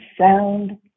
sound